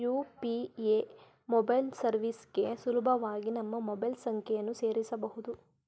UPA mobile ಸರ್ವಿಸ್ಗೆ ಸುಲಭವಾಗಿ ನಮ್ಮ ಮೊಬೈಲ್ ಸಂಖ್ಯೆಯನ್ನು ಸೇರಸಬೊದು